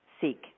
seek